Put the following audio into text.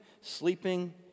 sleeping